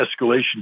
escalation